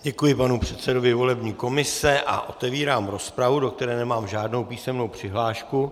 Děkuji panu předsedovi volební komise a otevírám rozpravu, do které nemám žádnou písemnou přihlášku.